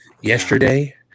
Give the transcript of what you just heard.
yesterday